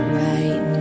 right